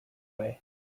way